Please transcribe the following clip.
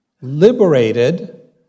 Liberated